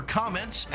comments